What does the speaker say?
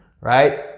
Right